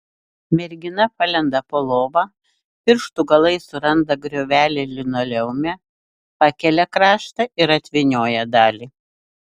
mergina palenda po lova pirštų galais suranda griovelį linoleume pakelia kraštą ir atvynioja dalį